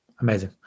Amazing